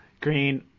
green